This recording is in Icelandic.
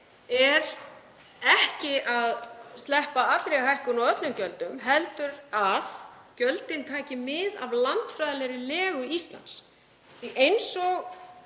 er ekki að sleppa allri hækkun á öllum gjöldum heldur að gjöldin taki mið af landfræðilegri legu Íslands. Eins og